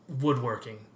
woodworking